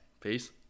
Peace